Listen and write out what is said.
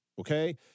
okay